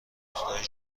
ابتدای